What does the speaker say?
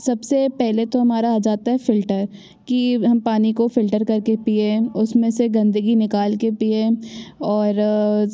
सब से पहले तो हमारा आ जाता है फ़िल्टर कि हम पानी को फ़िल्टर कर के पिएं उस में से गंदगी निकाल के पिएं और